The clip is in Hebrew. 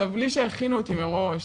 בלי שהכינו אותי מראש,